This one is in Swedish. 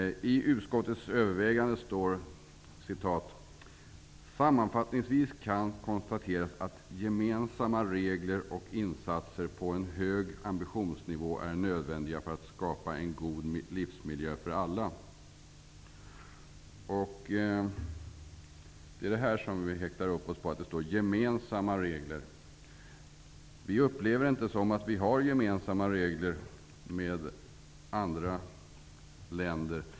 Utskottet säger: ''Sammanfattningsvis kan konstateras att gemensamma regler och insatser på en hög ambitionsnivå är nödvändiga för att skapa en god livsmiljö för alla.'' Vi hakar upp oss på att man talar om gemensamma regler. Vi upplever nämligen inte att vi i Sverige har regler som är gemensamma med andra länders.